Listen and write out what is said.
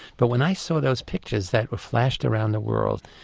but when i saw those pictures that were flashed around the world.